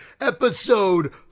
episode